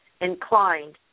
inclined